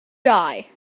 die